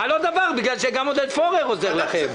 על לא דבר, בגלל שגם עודד פורר עוזר לכם.